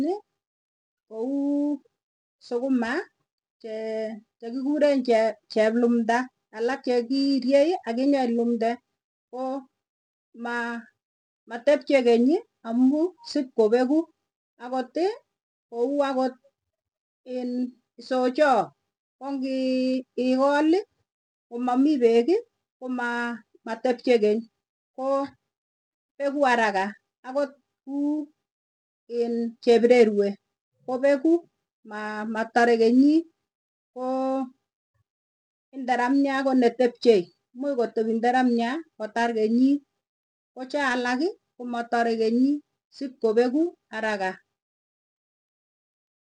Kouu sukuma, chee chekikure chee cheplumba alak che kiiryei akinyei ilumnde. Koo maa matepchei keny amu shipkopeku. Akot ii kou akot iin isochaa kongiii ikoli komamii beeki, komaa matepcei tepchei keny. Koo peku araka akot kuu iin chepirerwe kopeku, maa matare kenyii koo indaramya konetepchei, mui kotebi inderemiat kotar kenyi, kochaaalak ii komatare kinyi sipkopeku araka.